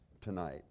tonight